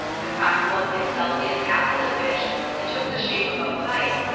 the cock flung himself in after the fish and took the shape of a pike,